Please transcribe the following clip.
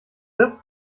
bib